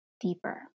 deeper